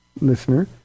listener